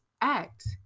act